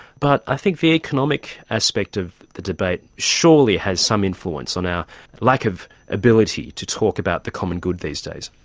but i think the economic aspect of the debate surely has some influence on our lack of ability to talk about the common good these days.